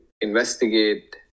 investigate